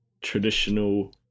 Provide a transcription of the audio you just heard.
traditional